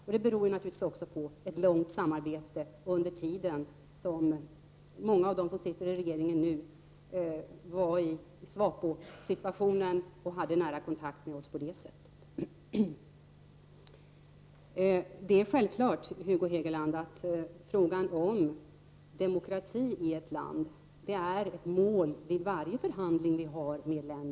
Detta beror naturligtvis också på ett långvarigt samarbete under den tid då många av dem som nu sitter i regeringen var engagerade i SWAPO och på det sättet hade nära kontakt med oss. Det är, Hugo Hegeland, självklart att frågan om demokrati i ett land sätts upp som mål vid varje förhandling som vi har med olika länder.